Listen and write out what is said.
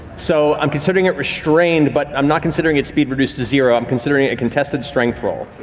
so i'm considering it restrained but i'm not considering its speed reduced to zero, i'm considering it a contested strength roll.